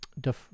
De